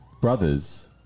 brothers